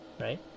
right